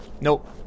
Nope